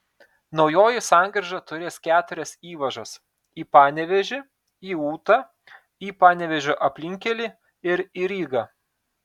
naujoji sankryža turės keturias įvažas į panevėžį į ūtą į panevėžio aplinkkelį ir į rygą